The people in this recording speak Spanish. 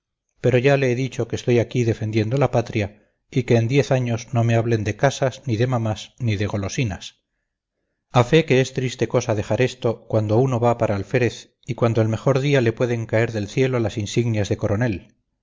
pero ya le he dicho que estoy aquí defendiendo a la patria y que en diez años no me hablen de casas ni de mamás ni de golosinas a fe que es triste cosa dejar esto cuando uno va para alférez y cuando el mejor día le pueden caer del cielo las insignias de coronel